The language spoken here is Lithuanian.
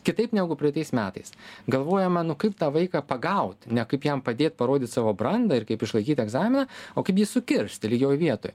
kitaip negu praeitais metais galvojama nu kaip tą vaiką pagaut ne kaip jam padėt parodyt savo brandą ir kaip išlaikyt egzaminą o kaip jį sukirsti lygioj vietoj